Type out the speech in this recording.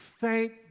thank